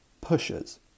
pushes